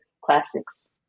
classics